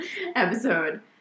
episode